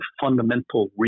fundamental